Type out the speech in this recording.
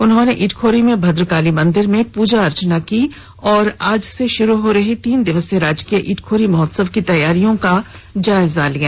उन्होंने इटखोरी में भद्रकाली मंदिर में पूजा अर्चना की और आज से शुरू हो रहे तीन दिवसीय राजकीय इटखोरी महोत्सव की तैयारियों का जायजा लिया